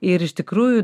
ir iš tikrųjų